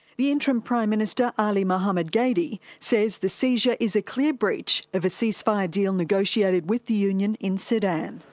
the interim prime minister, ali mohammed ghedi, says the seizure is a clear breach of a ceasefire deal negotiated with the union in sudan.